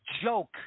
joke